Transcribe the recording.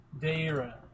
Deira